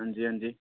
हंजी हंजी